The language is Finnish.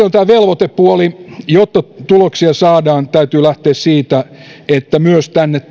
on tämä velvoitepuoli jotta tuloksia saadaan täytyy lähteä siitä että myös tänne